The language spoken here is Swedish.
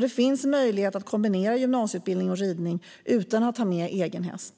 Det finns alltså möjlighet att kombinera gymnasieutbildning och ridning utan att ha med egen häst.